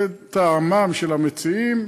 לטעמם של המציעים,